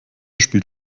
spielt